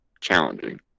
challenging